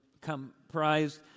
comprised